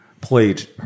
played